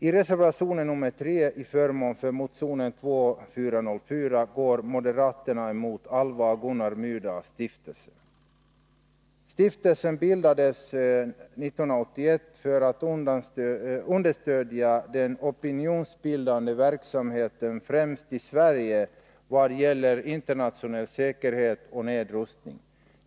I reservation 3, till förmån för motion 2404, vänder sig moderaterna mot Alva och Gunnar Myrdals stiftelse. Stiftelsen bildades 1981 för att understödja den opinionsbildande verksamheten främst i Sverige vad gäller internationell säkerhet och nedrustning.